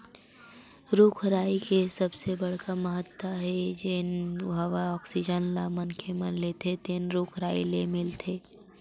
रूख राई के सबले बड़का महत्ता हे जेन हवा आक्सीजन ल मनखे मन लेथे तेन रूख राई ले मिलथे